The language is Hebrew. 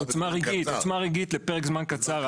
עוצמה רגעית לפרק זמן קצר,